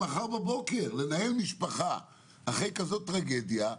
משפחה אחרי כזו טרגדיה,